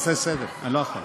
תעשה סדר, אני לא יכול.